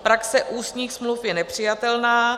Praxe ústních smluv je nepřijatelná.